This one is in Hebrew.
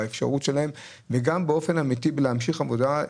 באפשרות שלהם וגם באופן אמיתי להמשיך עבודה.